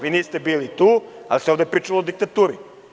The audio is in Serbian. Vi niste bili tu, ali ovde se pričalo o diktaturi.